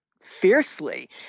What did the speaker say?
fiercely